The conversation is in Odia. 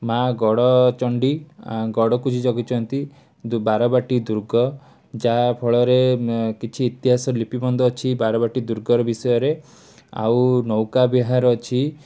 ମାଁ ଗଡ଼ଚଣ୍ଡୀ ଆଁ ଗଡ଼କୁ ଯିଏ ଜଗିଛନ୍ତି ବାରବାଟୀ ଦୁର୍ଗ ଯାହାଫଳରେ କିଛି ଇତିହାସ ଲିପିବଦ୍ଧ ଅଛି ବାରବାଟୀ ଦୁର୍ଗର ବିଷୟରେ ଆଉ ନୌକା ବିହାର ଅଛି